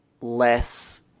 less